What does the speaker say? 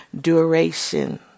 duration